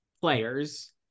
players